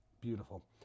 beautiful